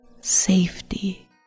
safety